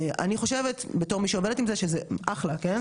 זה בסדר גמור שיש את הדף PDF הזה,